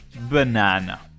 Banana